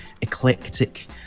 eclectic